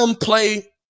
play